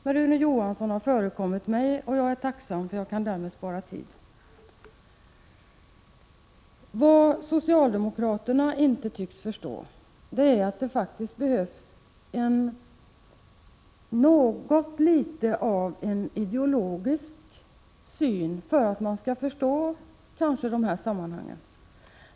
Men Rune Johansson har förekommit mig, och jag är tacksam för det, eftersom jag då kan spara tid. Vad socialdemokraterna inte tycks förstå är att det faktiskt behövs något av en ideologisk syn för att man skall förstå dessa sammanhang.